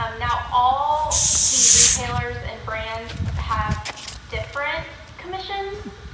um now all the retailers and brands have different commissions,